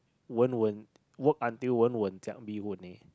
Wen-Wen work until wen wen jiak bee hoon eh